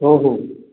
हो हो